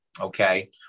Okay